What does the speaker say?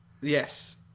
Yes